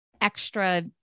extra